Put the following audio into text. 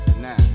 Now